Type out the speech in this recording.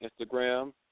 Instagram